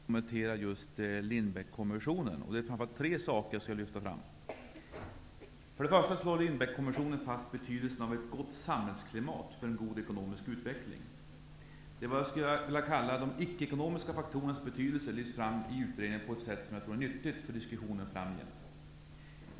Herr talman! Låt mig börja med att kommentera just Lindbeckkommissionen. Det är framför allt tre saker jag avser att lyfta fram. För det första slår Lindbeckkommissionen fast betydelsen av ett gott samhällsklimat för en god ekonomisk utveckling. De, som jag skulle vilja kalla, icke-ekonomiska faktorernas betydelse lyfts fram i betänkandet på ett sätt som jag tror är nyttigt för diskussionen framgent.